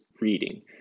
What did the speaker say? reading